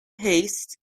haste